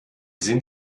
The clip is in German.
sind